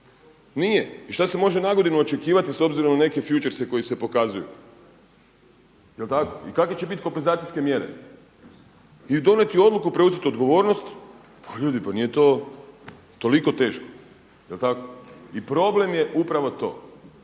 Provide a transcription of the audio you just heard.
Nije. I šta se može na godinu očekivati s obzirom na futuresi koji se pokazuju. Jel' tako? I kakve će bit kompenzacijske mjere i donijeti odluku, preuzeti odgovornost. Pa ljudi, pa nije to toliko teško. Jel' tako? I problem je upravo to